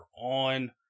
on